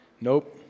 Nope